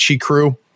crew